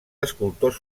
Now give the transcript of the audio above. escultors